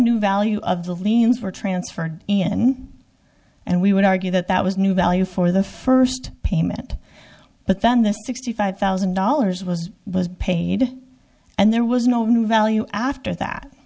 new value of the liens were transferred and we would argue that that was new value for the first payment but then the sixty five thousand dollars was paid and there was no new value after that